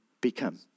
become